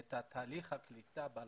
את תהליך הקליטה ב-2017,